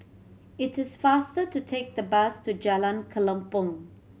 it is faster to take the bus to Jalan Kelempong